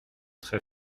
très